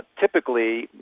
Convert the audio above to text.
typically